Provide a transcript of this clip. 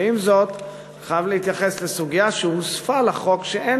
ועם זאת אני חייב להתייחס לסוגיה שהוספה לחוק ואין